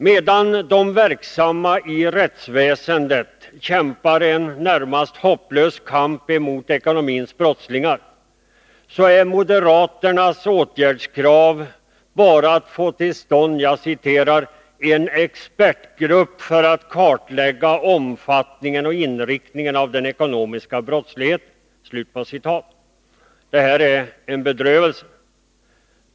Medan de i rättsväsendet verksamma kämpar en närmast hopplös kamp mot dem som begår ekonomiska brott, är moderaternas åtgärdskrav bara att få till stånd ”en expertgrupp med uppdrag att kartlägga omfattningen och inriktningen av den ekonomiska brottsligheten”. Detta är en bedrövelse.